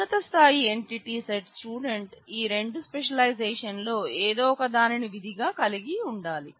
ఉన్నత స్థాయి entity set student ఈ రెండు స్పెషలైజేషన్లలో ఏదో ఒక దానిని విధిగా కలిగి ఉండాలి